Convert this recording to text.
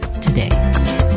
today